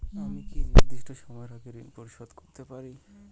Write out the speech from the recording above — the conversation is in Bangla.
আমি কি নির্দিষ্ট সময়ের আগেই ঋন পরিশোধ করতে পারি?